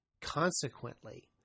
Consequently